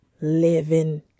Living